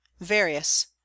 various